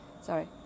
Sorry